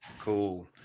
cool